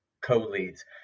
co-leads